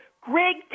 Greg